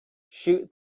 shoot